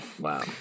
Wow